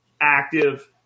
active